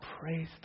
praise